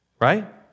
right